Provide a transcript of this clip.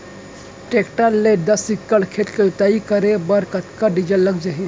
Tractor ले दस एकड़ खेत के जुताई करे बर कतका डीजल लग जाही?